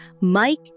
Mike